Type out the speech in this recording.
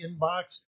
inbox